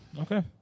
Okay